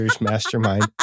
mastermind